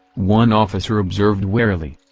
one officer observed warily.